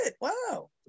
wow